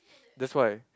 that's why